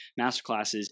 masterclasses